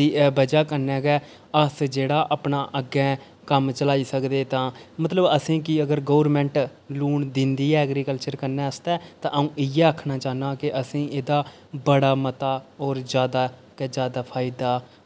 दी वजह् कन्नै गै अस जेह्ड़ा अपना अग्गें कम्म चलाई सकदे तां मतलब असें गी अगर गौरमैंट लोन दिंदी ऐ ऐग्रीकल्चर करने आस्तै ते अ'ऊं इ'यै आखना चाह्न्ना कि असें एह्दा बड़ा मता और जैदा ते जैदा फायदा